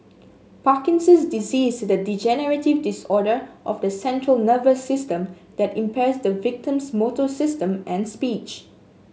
Parkinson's disease is the degenerative disorder of the central nervous system that impairs the victim's motor system and speech